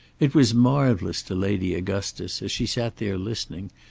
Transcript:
it was marvellous to lady augustus, as she sat there listening,